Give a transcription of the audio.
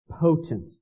potent